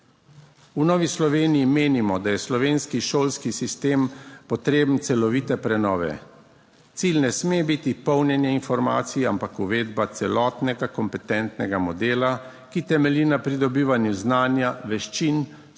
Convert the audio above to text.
V Novi Sloveniji menimo, da je slovenski šolski sistem potreben celovite prenove. Cilj ne sme biti polnjenje informacij, ampak uvedba celotnega kompetentnega modela, ki temelji na pridobivanju znanja, veščin,